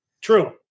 True